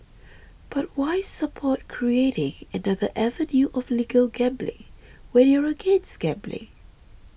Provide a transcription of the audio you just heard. but why support creating another avenue of legal gambling when you're against gambling